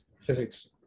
physics